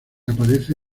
aparece